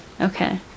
Okay